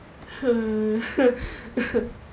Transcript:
hmm